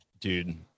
Dude